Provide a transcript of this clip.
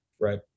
Right